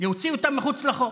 להוציא אותם מחוץ לחוק,